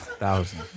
Thousand